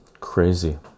crazy